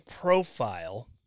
profile